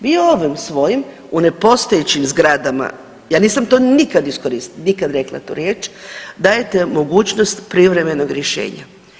Mi ovim svojim u nepostojećim zgradama, ja nisam to nikad iskoristila, nikad rekla tu riječ dajete mogućnost privremenog rješenja.